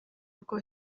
rwo